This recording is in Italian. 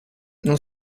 non